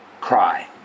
cry